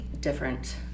different